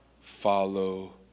follow